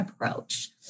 approach